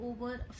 over